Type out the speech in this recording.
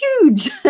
huge